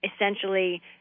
essentially